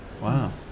wow